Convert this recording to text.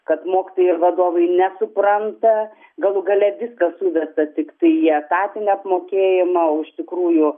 kad mokytojai ir vadovai nesupranta galų gale viskas suvesta tiktai į etatinį apmokėjimą o iš tikrųjų